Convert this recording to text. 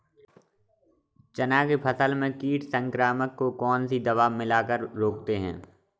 चना के फसल में कीट संक्रमण को कौन सी दवा मिला कर रोकते हैं?